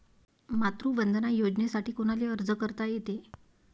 मातृवंदना योजनेसाठी कोनाले अर्ज करता येते?